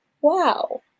wow